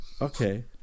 Okay